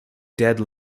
dead